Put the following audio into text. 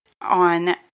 on